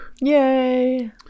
Yay